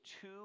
two